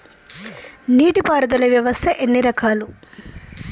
నీటి పారుదల వ్యవస్థ ఎన్ని రకాలు?